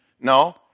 no